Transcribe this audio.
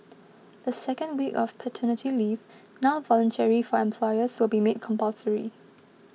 the second week of paternity leave now voluntary for employers will be made compulsory